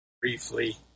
Briefly